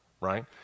Right